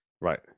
Right